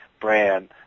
brand